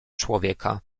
człowieka